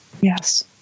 Yes